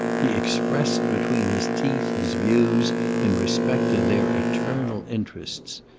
he expressed between his teeth his views in respect to their eternal interests.